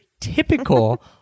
typical